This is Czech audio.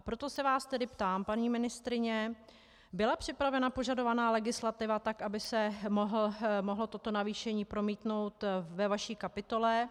Proto se vás tedy ptám, paní ministryně: Byla připravena požadovaná legislativa tak, by se mohlo toto navýšení promítnout ve vaší kapitole?